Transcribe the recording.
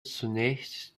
zunächst